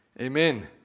Amen